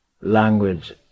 language